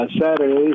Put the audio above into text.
saturdays